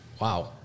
wow